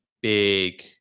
big